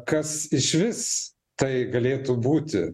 kas išvis tai galėtų būti